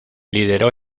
lideró